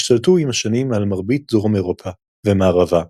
השתלטו עם השנים על מרבית דרום אירופה ומערבה,